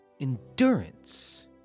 endurance